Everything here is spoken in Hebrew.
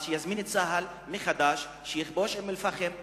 אז שיזמין את צה"ל שיכבוש את אום-אל-פחם מחדש.